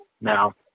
now